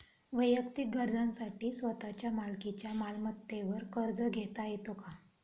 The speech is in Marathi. वैयक्तिक गरजांसाठी स्वतःच्या मालकीच्या मालमत्तेवर कर्ज घेता येतो का?